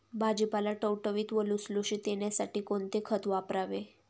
भाजीपाला टवटवीत व लुसलुशीत येण्यासाठी कोणते खत वापरावे?